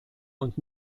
und